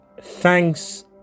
Thanks